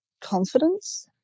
confidence